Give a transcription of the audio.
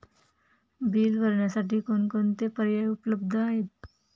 Bill भरण्यासाठी कोणकोणते पर्याय उपलब्ध आहेत?